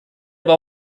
aber